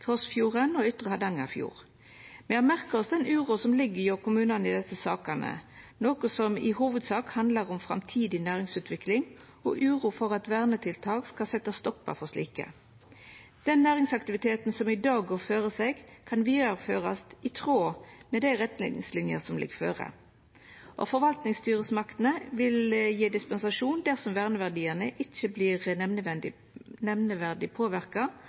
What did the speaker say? Hardangerfjord. Vi har merka oss den uroa som ligg hjå kommunane i desse sakene, noko som i hovudsak handlar om framtidig næringsutvikling og uro for at vernetiltak skal setja stoppar for slike. Den næringsaktiviteten som i dag går føre seg, kan vidareførast i tråd med dei retningslinjene som ligg føre. Forvaltningsstyresmaktene vil gje dispensasjon dersom verneverdiane ikkje vert nemneverdig påverka